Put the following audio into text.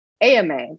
AMA